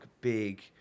big